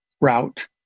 route